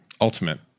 ultimate